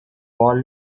wall